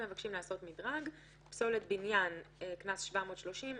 מבקשים לעשות מדרג כך שפסולת בניין 730 שקלים,